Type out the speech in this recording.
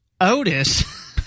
Otis